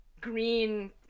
green